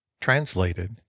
Translated